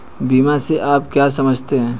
बीमा से आप क्या समझते हैं?